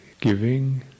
giving